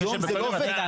היום זה לא עובד.